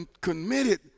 committed